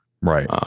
Right